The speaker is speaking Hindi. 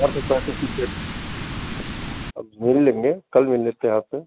और कोई सर्टिफ़िकेट अब मिल लेंगे कल मिल लेते हैं यहाँ पर